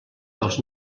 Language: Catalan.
dels